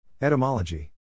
Etymology